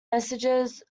messages